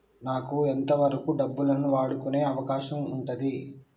నాకు ఎంత వరకు డబ్బులను వాడుకునే అవకాశం ఉంటది?